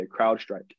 CrowdStrike